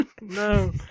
No